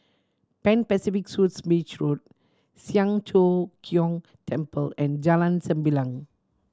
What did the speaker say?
Pan Pacific Suites Beach Road Siang Cho Keong Temple and Jalan Sembilang